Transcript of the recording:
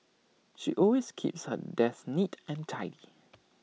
she always keeps her desk neat and tidy